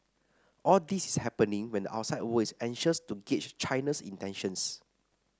all this is happening when the outside world is anxious to gauge China's intentions